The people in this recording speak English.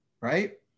right